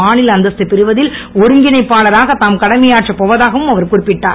மாநில அந்தஸ்து பெறுவதில் ஒருங்கிணைப்பாளராக தாம் கடமையாற்றப் போவதாகவும் அவர் குறிப்பிட்டார்